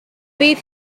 bydd